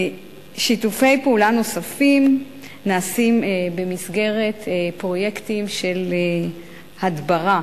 שיתופי פעולה נוספים נעשים במסגרת פרויקטים של הדברה